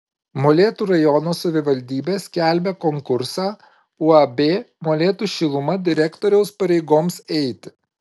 molėtų rajono savivaldybė skelbia konkursą uab molėtų šiluma direktoriaus pareigoms eiti